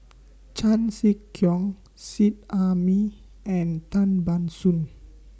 Chan Sek Keong Seet Ai Mee and Tan Ban Soon